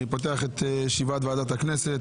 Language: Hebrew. אני פותח את ישיבת ועדת הכנסת.